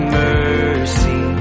mercy